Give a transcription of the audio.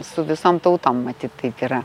su visom tautom matyt taip yra